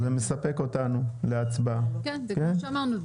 כמו שאמרנו,